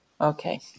Okay